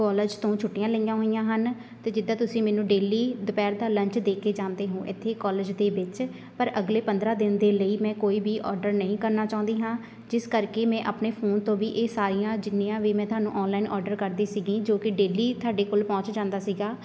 college ਤੋਂ ਛੁੱਟੀਆਂ ਲਈਆਂ ਹੋਈਆਂ ਹਨ ਅਤੇ ਜਿੱਦਾਂ ਤੁਸੀਂ ਮੈਨੂੰ ਡੇਲੀ ਦੁਪਹਿਰ ਦਾ ਲੰਚ ਦੇ ਕੇ ਜਾਂਦੇ ਹੋ ਇੱਥੇ ਕੋਲਜ ਦੇ ਵਿੱਚ ਪਰ ਅਗਲੇ ਪੰਦਰਾਂ ਦਿਨ ਦੇ ਲਈ ਮੈਂ ਕੋਈ ਵੀ ਔਡਰ ਨਹੀਂ ਕਰਨਾ ਚਾਹੁੰਦੀ ਹਾਂ ਜਿਸ ਕਰਕੇ ਮੈਂ ਆਪਣੇ ਫੋਨ ਤੋਂ ਵੀ ਇਹ ਸਾਰੀਆਂ ਜਿੰਨੀਆਂ ਵੀ ਮੈਂ ਤੁਹਾਨੂੰ ਔਨਲਾਈਨ ਔਡਰ ਕਰਦੀ ਸੀਗੀ ਜੋ ਕਿ ਡੇਲੀ ਤੁਹਾਡੇ ਕੋਲ ਪਹੁੰਚ ਜਾਂਦਾ ਸੀਗਾ